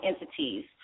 entities